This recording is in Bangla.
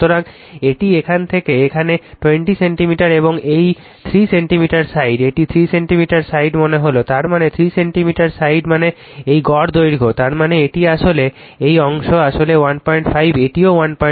সুতরাং এটি এখান থেকে এখানে 20 সেন্টিমিটার এবং এই 3 সেন্টিমিটার সাইড এটি 3 সেন্টিমিটার সাইড মানে হল তার মানে 3 সেন্টিমিটার সাইড মানে এই গড় দৈর্ঘ্য তার মানে এটি আসলে এই অংশটি আসলে 15 এটিও 15